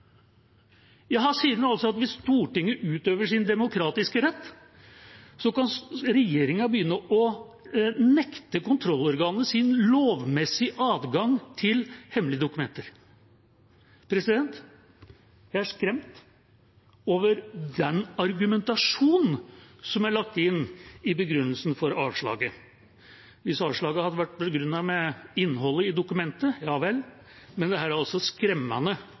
sier en altså at hvis Stortinget utøver sin demokratiske rett, kan regjeringa begynne å nekte kontrollorganene deres lovmessige adgang til hemmelige dokumenter. Jeg er skremt over den argumentasjonen som er lagt inn i begrunnelsen for avslaget. Hvis avslaget hadde vært begrunnet med innholdet i dokumentet, ja vel, men dette er en skremmende